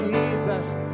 Jesus